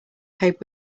paved